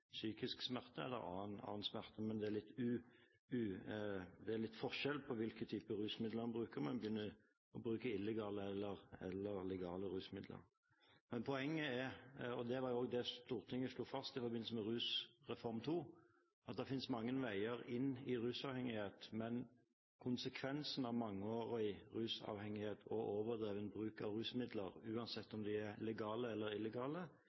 psykisk smerte eller annen smerte. Det er litt forskjell på hvilke typer rusmidler en bruker, om en bruker illegale eller legale rusmidler. Poenget er – det var også det Stortinget slo fast i forbindelse med Rusreform II – at det finnes mange veier inn i rusavhengighet. Men konsekvensen av mangeårig rusavhengighet og overdreven bruk av rusmidler, uansett om de er legale eller illegale,